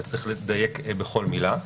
אז צריך לדייק בכל מילה.